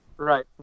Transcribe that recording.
Right